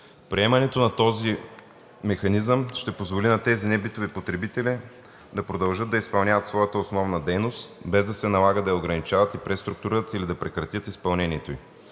Приемането на този механизъм ще позволи на тези небитови потребители да продължат да изпълняват своята основна дейност, без да се налага да я ограничават и преструктурират или да прекратят изпълнението ѝ.